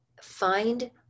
find